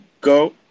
go